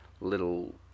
little